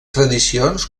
tradicions